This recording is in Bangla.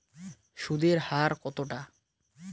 সুদের হার কতটা?